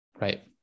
Right